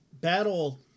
Battle